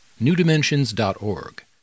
newdimensions.org